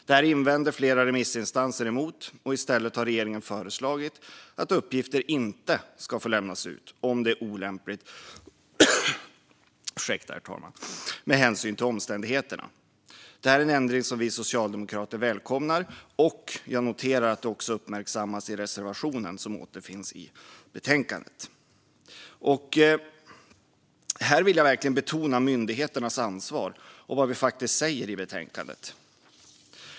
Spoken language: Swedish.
Detta invände flera remissinstanser emot, och i stället har regeringen föreslagit att uppgifter inte ska få lämnas ut om det är olämpligt med hänsyn till omständigheterna. Detta är en ändring vi socialdemokrater välkomnar, och jag noterar att detta även uppmärksammas i den reservation som återfinns i betänkandet. Här vill jag verkligen betona myndigheternas ansvar och vad vi faktiskt säger i betänkandet.